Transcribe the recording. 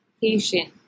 patient